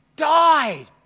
died